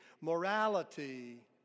morality